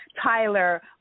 Tyler